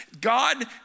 God